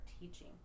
teaching